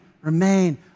remain